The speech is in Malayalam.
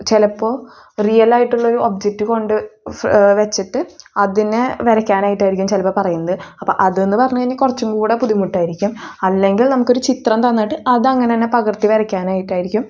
ചിലപ്പോൾ റിയൽ ആയിട്ടുള്ള ഒരു ഒബ്ജക്റ്റ് കൊണ്ട് ഫ് വെച്ചിട്ട് അതിനെ വരക്കാനായിട്ടായിരിക്കും ചിലപ്പോൾ പറയുന്നത് അപ്പോൾ അതെന്ന് പറഞ്ഞ് കഴിഞ്ഞാൽ കുറച്ചും കൂടെ ബുദ്ധിമുട്ടായിരിക്കും അല്ലെങ്കിൽ നമുക്കൊരു ചിത്രം തന്നിട്ട് അതങ്ങനന്നെ പകർത്തി വരക്കാനായിട്ടായിരിക്കും